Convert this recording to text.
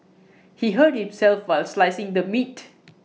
he hurt himself while slicing the meat